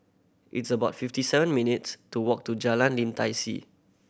it's about fifty seven minutes' to walk to Jalan Lim Tai See